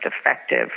effective